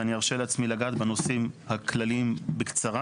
אז אני ארשה לעצמי לגעת בנושאים הכללים בקצרה.